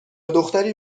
دختری